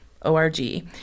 ORG